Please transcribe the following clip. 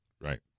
Right